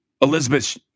Elizabeth